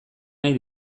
nahi